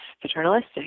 paternalistic